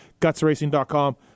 GutsRacing.com